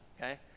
Okay